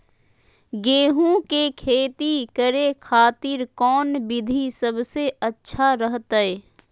गेहूं के खेती करे खातिर कौन विधि सबसे अच्छा रहतय?